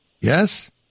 Yes